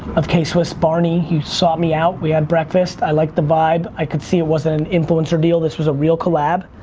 of k-swiss barney he sought me out, we had breakfast, i liked the vibe. i could see it wasn't an influencer deal, this was a real collab.